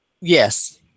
Yes